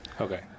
okay